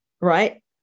right